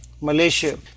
Malaysia